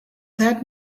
that